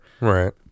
Right